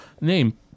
name